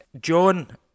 John